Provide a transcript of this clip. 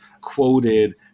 quoted